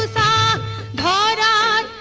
ah da da da